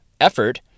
effort